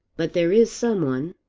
but there is some one?